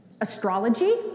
Astrology